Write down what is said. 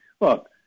Look